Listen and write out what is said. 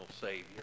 Savior